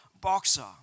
boxer